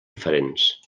diferents